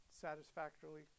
satisfactorily